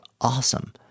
awesome